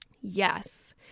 Yes